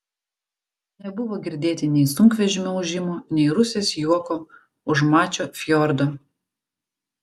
nebuvo girdėti nei sunkvežimių ūžimo nei rusės juoko už mačio fjordo